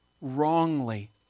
wrongly